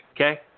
Okay